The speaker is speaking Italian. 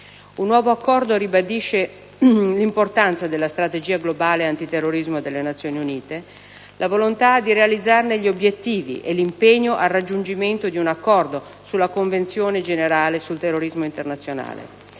Il nuovo Accordo ribadisce l'importanza della strategia globale antiterrorismo dell'ONU, la volontà di realizzarne gli obiettivi e l'impegno al raggiungimento di un accordo sulla Convenzione generale sul terrorismo internazionale.